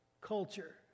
culture